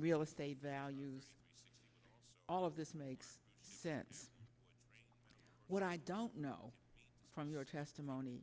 real estate values all of this makes sense what i don't know from your testimony